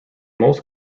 most